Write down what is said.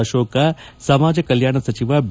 ಅಶೋಕ ಸಮಾಜ ಕಲ್ಮಾಣ ಸಚಿವ ಬಿ